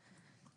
המון.